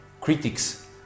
critics